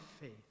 faith